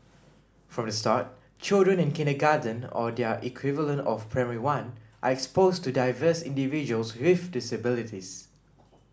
from the start children in kindergarten or their equivalent of primary one are exposed to diverse individuals with disabilities